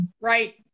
right